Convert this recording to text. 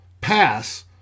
pass